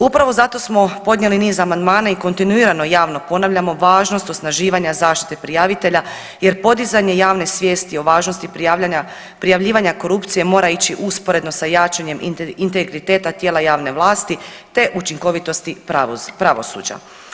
Upravo zato smo podnijeli i niz amandmana i kontinuirano javno ponavljamo važnost osnaživanja zaštite prijavitelja jer podizanje javne svijesti o važnosti prijavljivanja korupcije mora ići usporedno sa jačanjem integriteta tijela javne vlasti, te učinkovitosti pravosuđa.